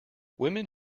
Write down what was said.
women